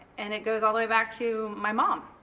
and it goes all the way back to my mom,